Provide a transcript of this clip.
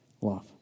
love